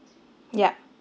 yup